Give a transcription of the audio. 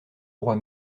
roi